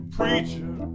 preacher